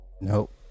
Nope